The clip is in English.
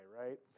right